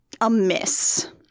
amiss